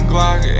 Glock